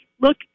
look